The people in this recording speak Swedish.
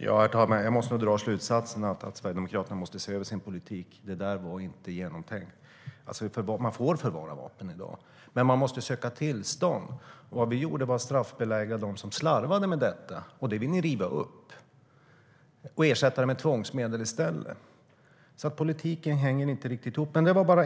Herr talman! Jag måste nog dra slutsatsen att Sverigedemokraterna måste se över sin politik. Det där var inte genomtänkt. Det var bara